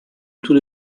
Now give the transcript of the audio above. tout